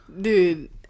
Dude